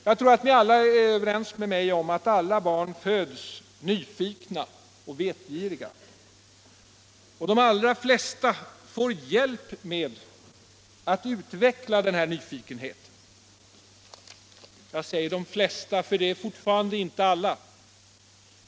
Jag tror att vi är överens om att alla barn föds nyfikna och vetgiriga, och de allra flesta får hjälp med att utveckla nyfikenheten. Jag säger de flesta, för det är fortfarande inte alla.